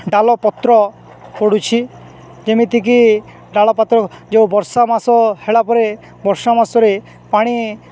ଡାଳ ପତ୍ର ପଡ଼ୁଛି ଯେମିତିକି ଡାଳ ପତ୍ର ଯେଉଁ ବର୍ଷା ମାସ ହେଲା ପରେ ବର୍ଷା ମାସରେ ପାଣି